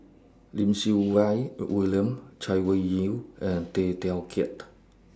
Lim Siew Wai William Chay Weng Yew and Tay Teow Kiat